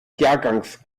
jahrgangs